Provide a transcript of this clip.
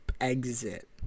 exit